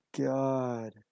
god